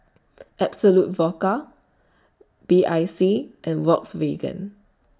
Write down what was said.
Absolut Vodka B I C and Volkswagen